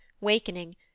wakening